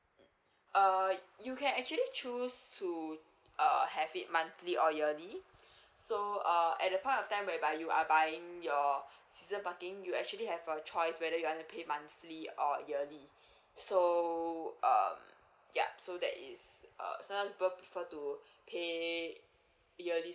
err you can actually choose to err have it monthly or yearly so err at the point of time whereby you are buying your season parking you actually have a choice whether you want to pay monthly or yearly so um yup so that is uh some time people prefer to pay yearly